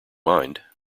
mind